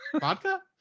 Vodka